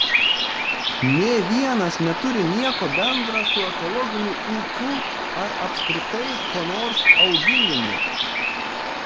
nė vienas neturi nieko bendra su ekologiniu ūkiu ar apskritai ko nors auginimu